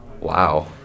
Wow